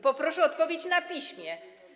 Poproszę o odpowiedź na piśmie.